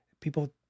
People